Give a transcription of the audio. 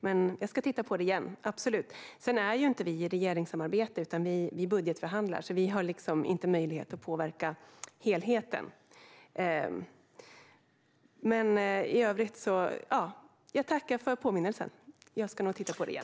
Jag ska absolut titta på det igen. Vi är inte i regeringssamarbete, utan vi budgetförhandlar med regeringen. Vi har alltså inte möjlighet att påverka helheten. Jag tackar för påminnelsen. Jag ska nog titta på det igen.